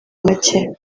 make